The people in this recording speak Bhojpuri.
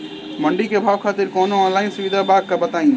मंडी के भाव खातिर कवनो ऑनलाइन सुविधा बा का बताई?